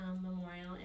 Memorial